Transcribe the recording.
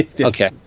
Okay